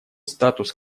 статус